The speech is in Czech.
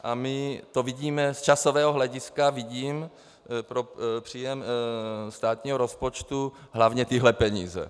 A my to vidíme z časového hlediska vidím pro příjem státního rozpočtu hlavně tyhle peníze.